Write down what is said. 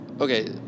okay